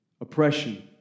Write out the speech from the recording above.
Oppression